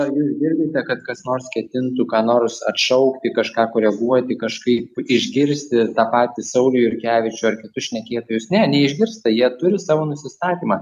ar jūs girdite kad kas nors ketintų ką nors atšaukti kažką koreguoti kažkaip išgirsti tą patį saulių jurkevičių ar kitus šnekėtojus ne neišgirsta jie turi savo nusistatymą